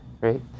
right